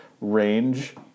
range